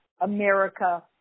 America